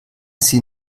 sie